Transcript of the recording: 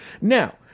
Now